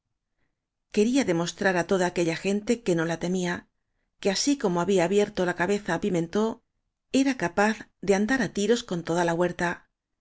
quería demostrar á toda aquella gente que la temía que así como habíaabierto la cabeza á pimentó era capaz de an dar á tiros con toda la huerta